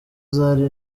zari